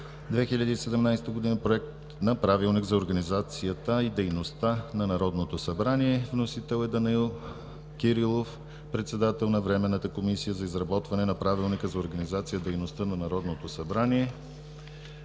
2017 г. – Проект на Правилник за организацията и дейността на Народното събрание. Вносител е Данаил Кирилов – председател на Временната комисия за изработване на Правилника за организацията и дейността на Народното събрание.